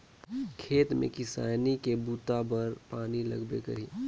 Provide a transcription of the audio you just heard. खेत में किसानी के बूता बर पानी लगबे करही